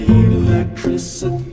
electricity